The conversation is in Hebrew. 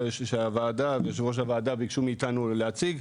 שהוועדה ויושב ראש הוועדה ביקשו מאיתנו להציג,